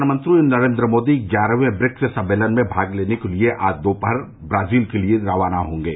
प्रधानमंत्री नरेन्द्र मोदी ग्यारहवें ब्रिक्स सम्मेलन में भाग लेने के लिए आज दोपहर ब्राजील के लिए रवाना होंगे